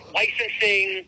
licensing